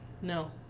no